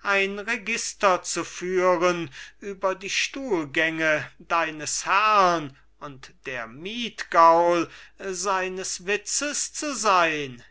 ein register zu führen über die stuhlgänge deines herrn und der miethgaul seines witzes zu sein